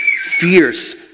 fierce